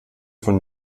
von